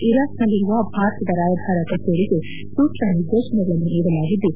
ಇರಾಕ್ನಲ್ಲಿರುವ ಭಾರತದ ರಾಯಭಾರ ಕಚೇರಿಗೆ ಸೂಕ್ತ ನಿರ್ದೇಶನಗಳನ್ನು ನೀಡಲಾಗಿದ್ದು